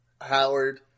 Howard